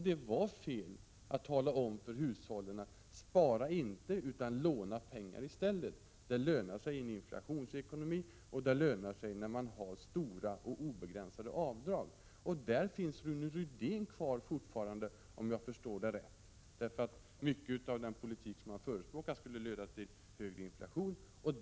Det var fel att uppmana hushållen att inte spara utan låna pengar i stället eftersom det lönar sig i en inflationsekonomi och det lönar sig när man har stora och obegränsade avdrag. Om jag förstår det hela rätt finns Rune Rydén kvar i det tänkandet fortfarande. Mycket av den politik han förespråkar skulle leda till högre inflation.